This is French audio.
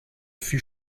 fut